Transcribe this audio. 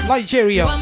Nigeria